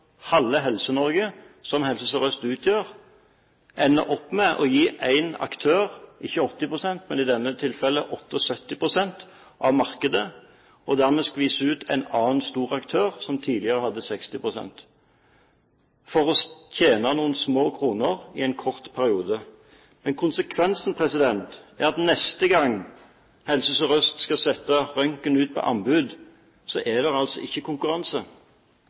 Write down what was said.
halve Helse-Norge, som Helse Sør-Øst utgjør, ender opp med å gi én aktør ikke 80 pst., men i dette tilfellet 78 pst. av markedet, og skviser dermed ut en annen stor aktør som tidligere hadde 60 pst., for å tjene noen små kroner i en kort periode. Konsekvensen er at neste gang Helse Sør-Øst skal sette røntgen ut på anbud, er det altså ikke konkurranse